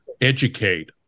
educate